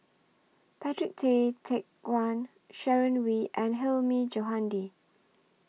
Patrick Tay Teck Guan Sharon Wee and Hilmi Johandi